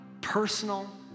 personal